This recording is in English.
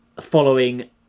following